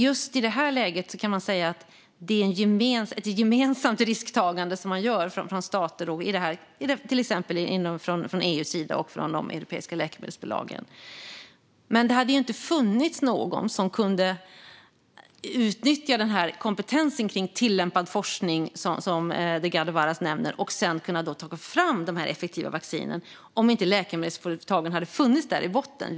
Just i det här läget är det ett gemensamt risktagande som man gör från stater, EU:s sida och från de europeiska läkemedelsbolagen. Det hade inte funnits någon som hade kunnat utnyttja kompetensen från tillämpad forskning som Lorena Delgado Varas nämner och ta fram de effektiva vaccinen om inte läkemedelsföretagen hade funnits där i botten.